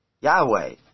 Yahweh